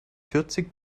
vierzig